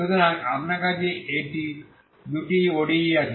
সুতরাং আপনার কাছে এই দুটি ODE আছে